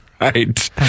Right